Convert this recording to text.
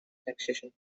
taxation